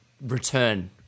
return